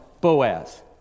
Boaz